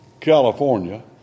California